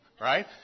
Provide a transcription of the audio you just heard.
Right